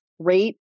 rate